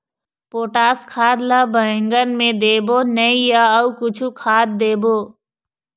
Potash खाद ला बैंगन मे देबो नई या अऊ कुछू खाद देबो?